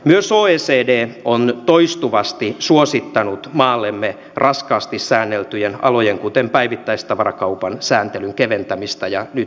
myös oecd on toistuvasti suosittanut maallemme raskaasti säänneltyjen alojen kuten päivittäistavarakaupan sääntelyn keventämistä ja nyt siinä toimitaan